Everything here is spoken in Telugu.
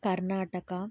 కర్ణాటక